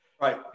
Right